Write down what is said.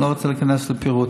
אני לא רוצה להיכנס לפירוט.